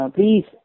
Please